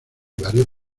varios